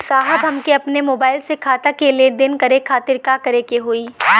साहब हमके अपने मोबाइल से खाता के लेनदेन करे खातिर का करे के होई?